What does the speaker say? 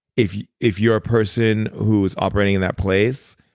if you're if you're a person who is operating in that place,